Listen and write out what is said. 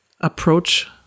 Approach